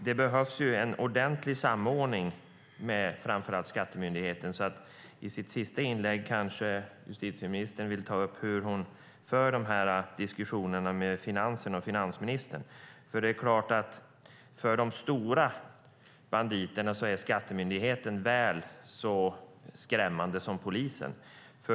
Det behövs ju en ordentlig samordning med framför allt Skatteverket, så i sitt sista inlägg kanske justitieministern vill ta upp hur hon för diskussionerna med Finansdepartementet och finansministern. Det är klart att för de stora banditerna är Skatteverket väl så skrämmande som polisen.